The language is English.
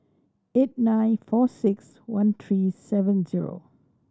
eight nine four six one three seven zero